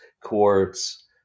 quartz